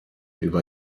über